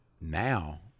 now